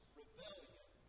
rebellion